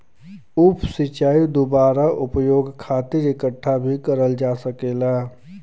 उप सिंचाई दुबारा उपयोग खातिर इकठ्ठा भी करल जा सकेला